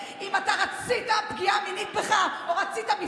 שאנחנו תקצבנו אותו ב-5 מיליארד שקלים לעשר שנים,